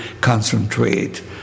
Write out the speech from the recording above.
concentrate